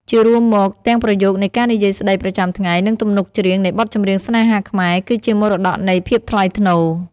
ជារួមមក ទាំងប្រយោគនៃការនិយាយស្តីប្រចាំថ្ងៃ និងទំនុកច្រៀងនៃបទចម្រៀងស្នេហាខ្មែរ គឺជាមរតកនៃ "ភាពថ្លៃថ្នូរ"។